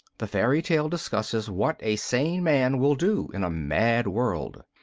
the fairy tale discusses what a sane man will do in a mad world.